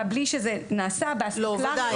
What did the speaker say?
בלי שזה נעשה באספקלריה --- ודאי.